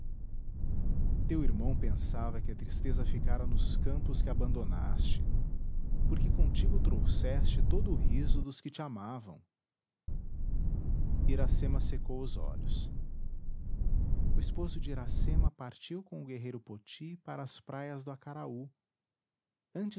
teu irmão pensava que a tristeza ficara nos campos que abandonaste porque contigo trouxeste todo o riso dos que te amavam iracema secou os olhos o esposo de iracema partiu com o guerreiro poti para as praias do acaraú